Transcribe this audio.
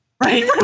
Right